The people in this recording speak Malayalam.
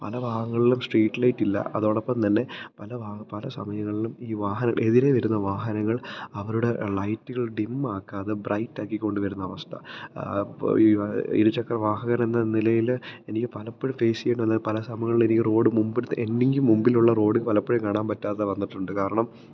പല ഭാഗങ്ങളിലും സ്ട്രീറ്റ് ലൈറ്റില്ല അതോടൊപ്പം തന്നെ പല വാ പല സമയങ്ങളിലും ഈ വാഹനം എതിരേ വരുന്ന വാഹനങ്ങള് അവരുടെ ലൈറ്റുകൾ ഡിമ്മാക്കാതെ ബ്രൈറ്റാക്കിക്കൊണ്ട് വരുന്ന അവസ്ഥ അപ്പോൾ ഈ വാ ഇരുചക്ര വാഹകരെന്ന നിലയില് എനിക്ക് പലപ്പഴും ഫേസ് ചെയ്യേണ്ടി വന്ന പല സമയങ്ങളിലും എനിക്ക് റോഡ് മുമ്പിലത്തെ എനിക്ക് മുൻപിലുള്ള റോഡ് പലപ്പഴും കാണാന് പറ്റാതെ വന്നിട്ടുണ്ട് കാരണം